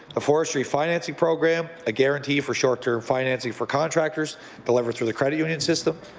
ah forestry financing program, a guarantee for short-term financing for contractors delivered through the credit union system.